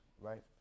right